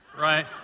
right